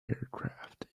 aircraft